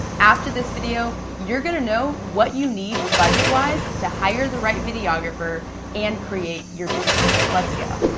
after this video, you're gonna know what you need budgetwise to hire the right videographer and create your video. let's go.